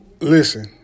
Listen